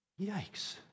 Yikes